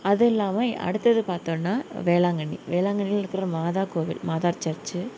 அதுவும் இல்லாமல் அடுத்தது பார்த்தோம்னா வேளாங்கண்ணி வேளாங்கண்ணியில் இருக்கிற மாதா கோயில் மாதா சர்ச்சு